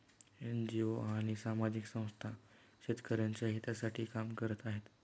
NGO आणि सामाजिक संस्था शेतकऱ्यांच्या हितासाठी काम करत आहेत